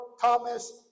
Thomas